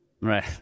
Right